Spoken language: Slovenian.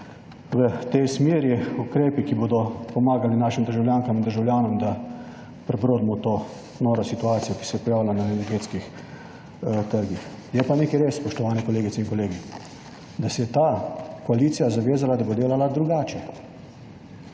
v tej smeri, to je ukrepi, ki bodo pomagali našim državljankam in državljanom, da prebrodimo to noro situacijo, ki se je pojavila na energetskih trgih. Je pa nekaj res, spoštovane kolegice in kolegi, da se je ta koalicija zavezala, da bo delala drugače.